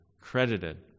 credited